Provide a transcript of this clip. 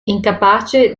incapace